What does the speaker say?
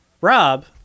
Rob